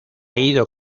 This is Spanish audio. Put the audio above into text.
ido